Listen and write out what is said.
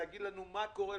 להגיד לנו מה קורה,